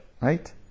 right